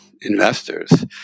investors